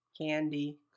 candy